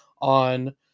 on